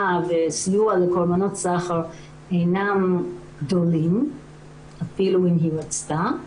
ולסיוע לקורבנות סחר אינם גדולים גם אם היא רצתה.